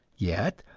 yet,